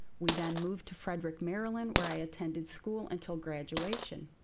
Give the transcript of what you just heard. we then moved to frederick, maryland, where i attended school until graduation.